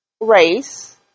race